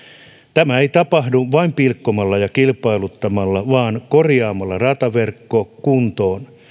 tämä ei tapahdu vain pilkkomalla ja kilpailuttamalla vaan korjaamalla rataverkko kuntoon